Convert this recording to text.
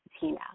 Tina